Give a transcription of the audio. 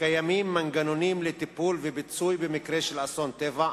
קיימים מנגנונים לטיפול ופיצוי במקרה של אסון טבע.